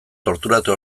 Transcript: torturatu